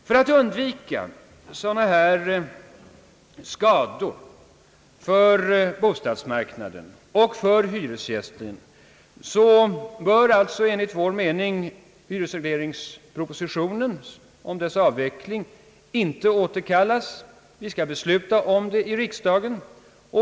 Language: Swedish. För att undvika sådana här skador för bostadsmarknaden och hyresgästerna bör således enligt min mening hyresregleringspropositionen inte återkallas. Det är vad vi skall besluta om i riksdagen.